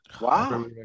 Wow